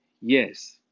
yes